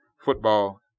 football